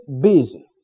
busy